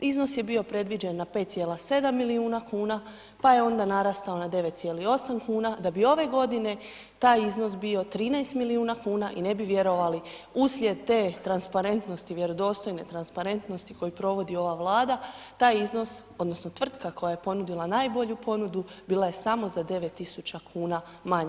iznos je predviđen na 5,7 milijuna kuna pa je onda narastao na 9,8 kuna da bi ove godine taj iznos bio 13 milijuna kuna i ne bi vjerovali, uslijed te transparentnosti, vjerodostojnoj transparentnosti koju provodi ova Vlada, taj iznos odnosno tvrtka koja je ponudila najbolju ponudu, bila je samo za 9000 kuna manja.